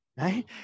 right